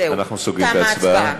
אנחנו סוגרים את ההצבעה.